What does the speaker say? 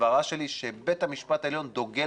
הסברה שלי שבית המשפט העליון דוגל